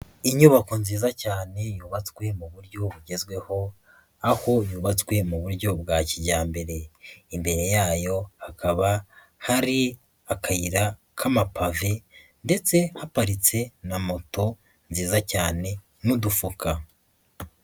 Inyubako nziza cyane yubatswe mu buryo bugezweho aho yubatswe mu buryo bwa kijyambere. Imbere yayo hakaba hari akayira k'amapave, ndetse haparitse na moto nziza cyane n'udufuka.